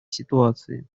ситуации